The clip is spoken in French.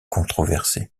controversé